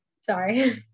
sorry